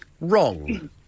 Wrong